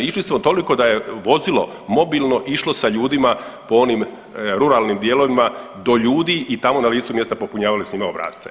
Išli smo toliko da je vozilo mobilno išlo sa ljudima po onim ruralnim dijelovima do ljudi i tamo na licu mjesta popunjavali s njima obrasce.